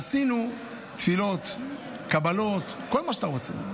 עשינו תפילות, קבלות, כל מה שאתה רוצה.